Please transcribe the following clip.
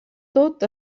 tot